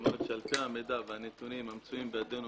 כלומר לפי המידע והנתונים שמצויים בידינו,